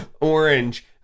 orange